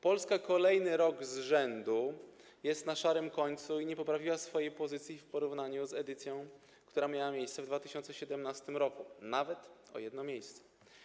Polska kolejny rok z rzędu jest na szarym końcu i nie poprawiła swojej pozycji w porównaniu z edycją, która miała miejsce w 2017 r., nie przesunęła się nawet o jedno miejsce.